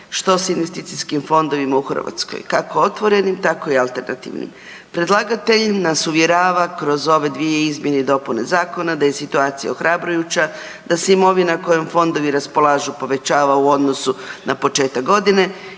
što s investicijskim fondovima u Hrvatskoj kako otvorenim tako i alternativnim. Predlagatelj nas uvjerava kroz ove dvije izmjene i dopune zakona da je situacija ohrabrujuća, da se imovina kojom fondovi raspolažu povećava u odnosu na početak godine,